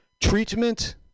treatment